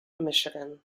michigan